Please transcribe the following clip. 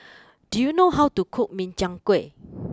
do you know how to cook Min Chiang Kueh